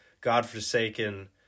godforsaken